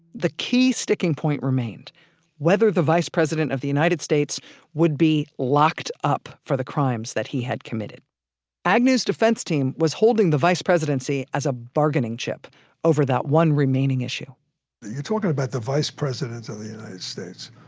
the key sticking point remained whether the vice president of the united states would be locked up for the crimes that he had committed agnew's defense team was holding the vice presidency as a bargaining chip over that one remaining issue you're talking about the vice president of the united states.